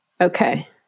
Okay